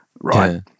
right